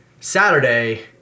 Saturday